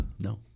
No